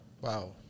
Wow